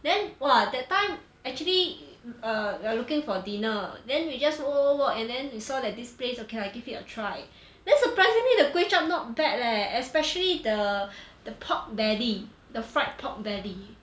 then !wah! that time actuallyerrwe are looking for dinner then we just walk walk walk and then we saw that this place okay lah give it a try then surprisingly the kway chap not bad leh especially the the pork belly the fried pork belly